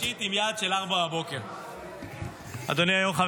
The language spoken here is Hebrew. יש לנו שנייה-שלישית עם יעד של 04:00. אדוני היושב-ראש,